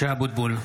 (קורא בשמות חברי הכנסת) משה אבוטבול,